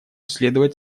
следовать